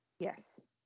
Yes